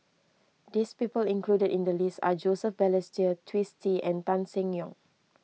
this people included in the list are Joseph Balestier Twisstii and Tan Seng Yong